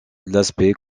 l’aspect